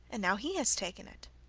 and now he has taken it.